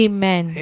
Amen